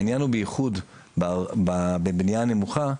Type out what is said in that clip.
העניין הוא בייחוד בבנייה נמוכה,